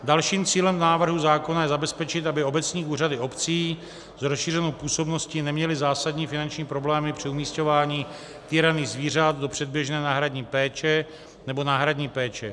Dalším cílem návrhu zákona je zabezpečit, aby obecní úřady obcí s rozšířenou působností neměly zásadní finanční problémy při umisťování týraných zvířat do předběžné náhradní péče nebo náhradní péče.